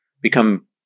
become